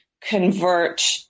convert